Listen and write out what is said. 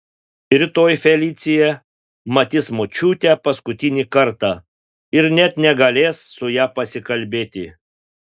rytoj felicija matys močiutę paskutinį kartą ir net negalės su ja pasikalbėti